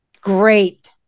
Great